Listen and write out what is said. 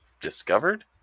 discovered